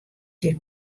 hjir